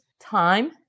time